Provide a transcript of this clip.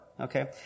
Okay